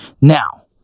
now